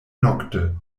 nokte